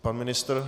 Pan ministr?